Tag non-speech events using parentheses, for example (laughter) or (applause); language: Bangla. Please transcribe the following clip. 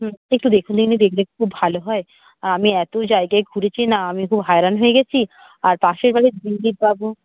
হুম একটু দেখুন (unintelligible) দেখলে খুব ভালো হয় আমি এত জায়গায় ঘুরেছি না আমি খুব হয়রান হয়ে গেছি আর পাশের বাড়ির দিলীপবাবু